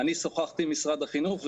אני שוחחתי עם משרד החינוך,